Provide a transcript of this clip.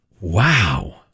Wow